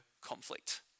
conflict